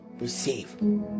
receive